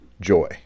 joy